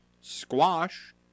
Squash